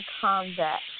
combat